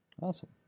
awesome